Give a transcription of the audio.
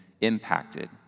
impacted